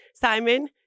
Simon